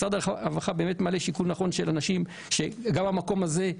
משרד הרווחה באמת מעלה שיקול נכון של אנשים שגם יהיה את המקום הזה,